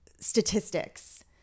statistics